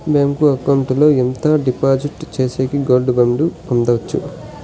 Bank account లో ఎంత డిపాజిట్లు సేస్తే గోల్డ్ బాండు పొందొచ్చు?